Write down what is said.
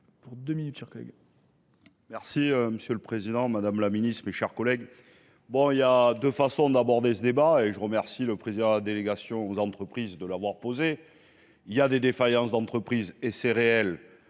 Merci Monsieur le Président, Madame la Ministre et chers collègues. Bon, il y a deux façons d'aborder ce débat et je remercie le président de la délégation aux entreprises de l'avoir posé. Il y a des défaillances d'entreprises et c'est réel